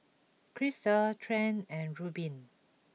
Krystle Trent and Reubin